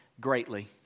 greatly